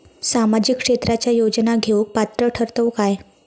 सामाजिक क्षेत्राच्या योजना घेवुक पात्र ठरतव काय?